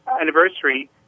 anniversary